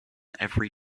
every